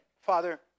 Father